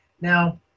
Now